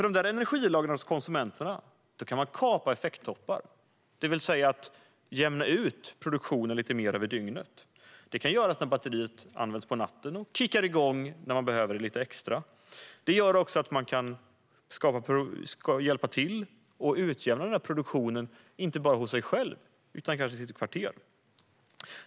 Med energilager hos konsumenterna kan man kapa effekttoppar, det vill säga jämna ut produktionen lite mer över dygnet. Batteriet kan laddas på natten och kicka igång när man behöver det lite extra. Det kan också hjälpa till att utjämna produktionen, inte bara hos sig själv utan kanske i sitt kvarter.